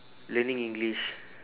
learning english